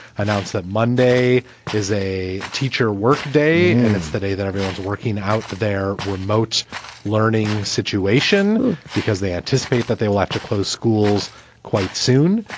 announced that monday is a teacher work day and it's the day that everyone's working out their remote learning situation because they anticipate that they will have to close schools quite soon.